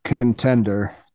contender